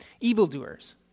Evildoers